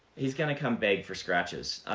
he's going to come beg for scratches.